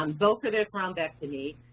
um go for their thrombectomy,